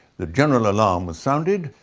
the general alarm was sounded,